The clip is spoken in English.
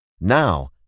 Now